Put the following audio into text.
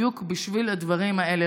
בדיוק בשביל הדברים האלה.